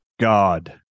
God